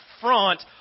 front